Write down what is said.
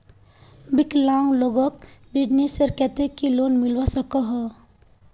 विकलांग लोगोक बिजनेसर केते की लोन मिलवा सकोहो?